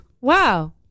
Wow